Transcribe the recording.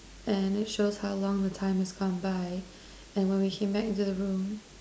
and it shows how long the time has gone by and when we came back into the room